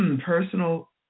personal